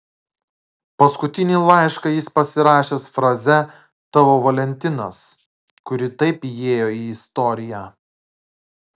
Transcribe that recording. paskutinį laišką jis pasirašęs fraze tavo valentinas kuri taip įėjo į istoriją